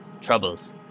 troubles